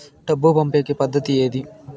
డబ్బు పంపేకి పద్దతి ఏది